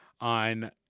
on